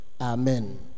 Amen